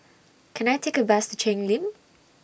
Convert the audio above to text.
Can I Take A Bus to Cheng Lim